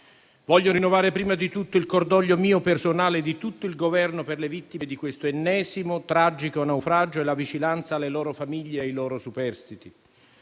Voglio rinnovare prima di tutto il cordoglio mio personale e di tutto il Governo per le vittime di questo ennesimo, tragico naufragio e la vicinanza alle loro famiglie e ai loro superstiti.